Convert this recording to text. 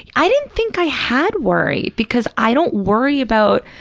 i didn't think i had worry because i don't worry about,